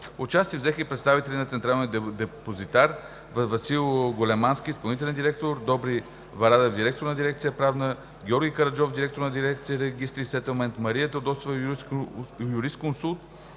Участие взеха и представители на „Централен депозитар“ АД: Васил Големански – изпълнителен директор, Добри Варадев – директор на дирекция „Правна“, Георги Караджов – директор на дирекция „Регистри и сетълмент“, Мария Теодосиева – юрисконсулт,